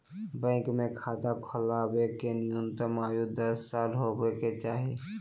bank मे खाता खोलबावे के न्यूनतम आयु दस साल होबे के चाही